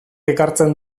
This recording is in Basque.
ekartzen